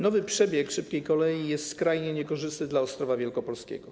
Nowy przebieg szybkiej kolei jest skrajnie niekorzystny dla Ostrowa Wielkopolskiego.